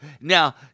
Now